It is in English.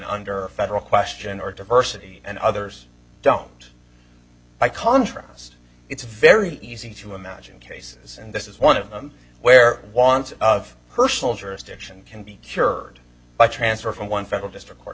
under a federal question or diversity and others don't by contrast it's very easy to imagine cases and this is one of them where wants of personal jurisdiction can be cured by transfer from one federal district court